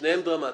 שניהם דרמטיים.